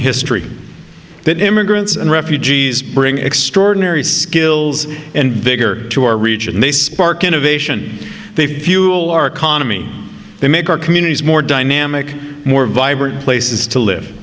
history that immigrants and refugees bring extraordinary skills and vigor to our region they spark innovation they fuel our economy they make our communities more dynamic more vibrant places to live